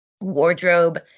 wardrobe